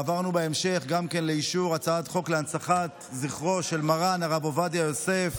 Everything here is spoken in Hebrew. עברנו בהמשך גם לאישור הצעת חוק להנצחת זכרו של מרן הרב עובדיה יוסף.